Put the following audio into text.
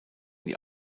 die